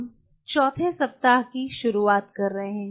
हम चौथे सप्ताह की शुरुआत कर रहे हैं